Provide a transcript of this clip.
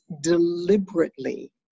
deliberately